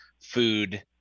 food